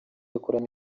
akoramo